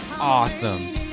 awesome